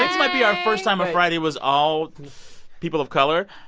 this might be our first time our friday was all people of color.